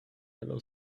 yellow